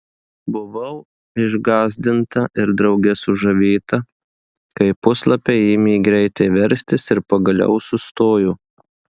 buvau išgąsdinta ir drauge sužavėta kai puslapiai ėmė greitai verstis ir pagaliau sustojo